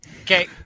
Okay